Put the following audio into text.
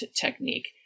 technique